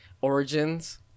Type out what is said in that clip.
origins